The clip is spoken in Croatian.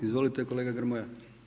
Izvolite kolega Grmoja.